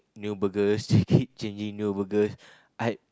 new burgers they keep changing new burgers I